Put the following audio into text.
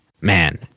man